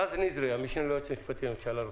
רז נזרי, המשנה ליועץ המשפטי לממשלה,